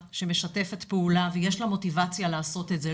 שמשתפת פעולה ויש לה מוטיבציה לעשות את זה.